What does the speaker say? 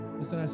Listen